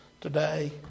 today